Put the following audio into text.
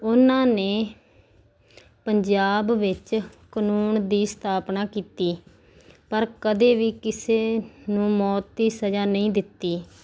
ਉਹਨਾਂ ਨੇ ਪੰਜਾਬ ਵਿੱਚ ਕਾਨੂੰਨ ਦੀ ਸਥਾਪਨਾ ਕੀਤੀ ਪਰ ਕਦੇ ਵੀ ਕਿਸੇ ਨੂੰ ਮੌਤ ਦੀ ਸਜ਼ਾ ਨਹੀਂ ਦਿੱਤੀ